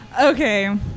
Okay